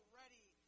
ready